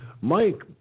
Mike